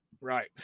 Right